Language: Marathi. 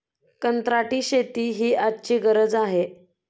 कंत्राटी शेती ही आजची गरज आहे